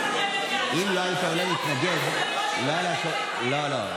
אם לא היית עולה להתנגד, לא, לא.